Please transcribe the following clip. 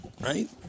right